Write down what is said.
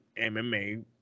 MMA